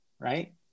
right